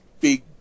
big